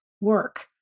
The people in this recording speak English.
work